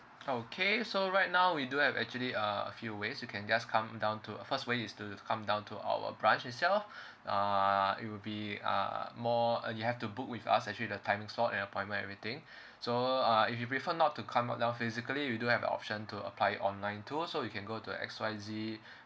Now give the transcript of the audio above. okay so right now we do have actually uh a few ways you can just come down to uh first way is to come down to our branch itself uh it will be uh more uh you have to book with us actually the timing slot and appointment everything so uh if you prefer not to come down physically we do have an option to apply it online too so you can go to X Y Z